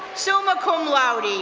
summa cum laude,